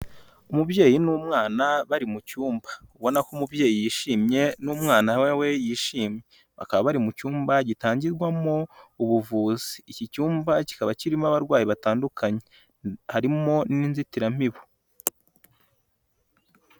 Umubyeyi n'umwana bari mu cyumba, ubona ko umubyeyi yishimye n'umwana we yishimye, bakaba bari mu cyumba gitangirwamo ubuvuzi. Iki cyumba kikaba kirimo abarwayi batandukanye harimo n'inzitiramibu.